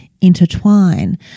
intertwine